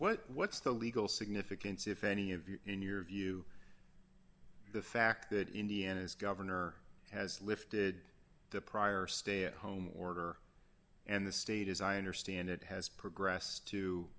what what's the legal significance if any of you in your view the fact that indiana's governor has lifted the prior stay at home order and the state as i understand it has progressed to